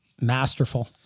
Masterful